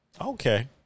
Okay